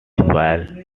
while